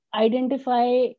identify